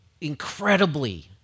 incredibly